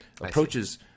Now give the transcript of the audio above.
Approaches